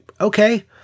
Okay